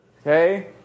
Okay